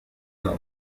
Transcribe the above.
يعمل